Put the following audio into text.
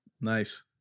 Nice